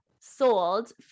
sold